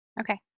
Okay